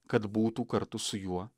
kad būtų kartu su juo